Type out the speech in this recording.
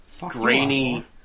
grainy